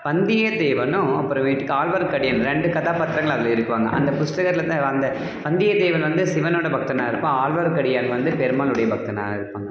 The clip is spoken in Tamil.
வந்தியத் தேவனும் அப்புறமேட்டுக்கு ஆழ்வாருக்கடியன் ரெண்டு கதாபாத்திரங்கள் அதில் இருப்பாங்க அந்த புஸ்தகத்தில் தான் அந்த வந்தியத் தேவன் வந்து சிவனோடய பக்தனாக இருப்பான் ஆழ்வார்க்கடியான் வந்து பெருமாளுடைய பக்தனாக இருப்பாங்க